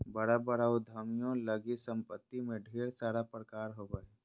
बड़ा बड़ा उद्यमियों लगी सम्पत्ति में ढेर सारा प्रकार होबो हइ